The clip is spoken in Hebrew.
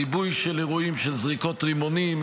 ריבוי של אירועים של זריקות רימונים,